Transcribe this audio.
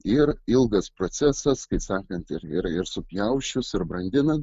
ir ilgas procesas kaip sakant ir ir ir supjausčius ir brandinant